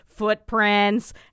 Footprints